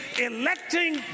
electing